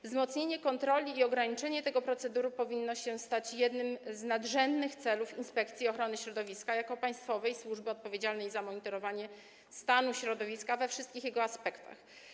Wzmocnienie kontroli i ograniczenie tego procederu powinny stać się jednymi z nadrzędnych celów Inspekcji Ochrony Środowiska jako państwowej służby odpowiedzialnej za monitorowanie stanu środowiska we wszystkich jego aspektach.